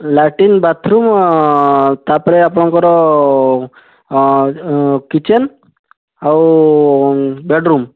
latrine bathroom ତାପରେ ଆପଣଙ୍କର kitchen ଆଉ ବେଡ୍ରୁମ୍